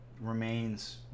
remains